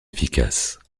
efficaces